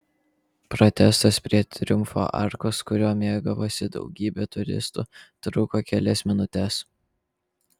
protestas prie triumfo arkos kuriuo mėgavosi daugybė turistų truko kelias minutes